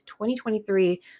2023